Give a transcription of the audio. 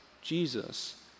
Jesus